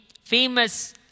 famous